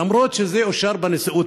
למרות שזה אושר בנשיאות,